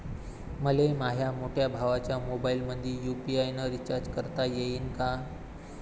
मले माह्या मोठ्या भावाच्या मोबाईलमंदी यू.पी.आय न रिचार्ज करता येईन का?